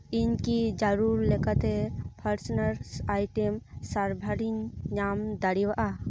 ᱤᱧ ᱠᱤ ᱡᱟᱹᱨᱩᱲ ᱞᱮᱠᱟᱛᱮ ᱯᱷᱨᱟᱥᱱᱟᱨ ᱟᱭᱴᱮᱢ ᱥᱟᱨᱵᱷᱟᱨ ᱤᱧ ᱧᱟᱢ ᱫᱟᱲᱮᱭᱟᱜ ᱟ